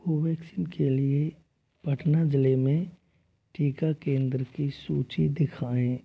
Covaxin के लिए पटना ज़िले में टीका केंद्र की सूची दिखाएँ